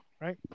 right